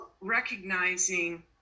recognizing